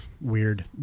weird